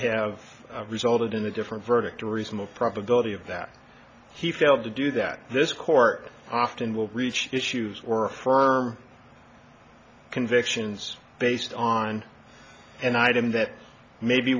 have resulted in a different verdict a reasonable probability of that he failed to do that this court often will reach issues or firm convictions based on an item that may be